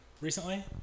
recently